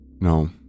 No